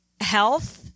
health